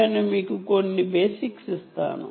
నేను మీకు కొన్ని బేసిక్స్ ఇస్తాను